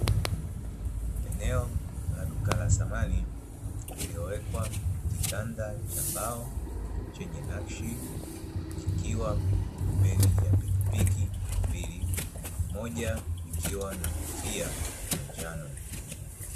Eneo la duka la samani lililowekwa kitanda cha mbao chenye nakshi kikiwa pembeni ya pikipiki mbili moja ikiwa na kofia ya njano.